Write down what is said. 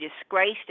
disgraced